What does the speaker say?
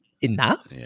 Enough